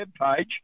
webpage